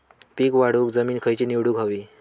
पीक वाढवूक जमीन खैची निवडुक हवी?